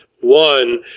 One